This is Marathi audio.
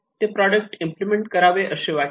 ते प्रॉडक्ट इम्प्लिमेंट करावे असे वाटते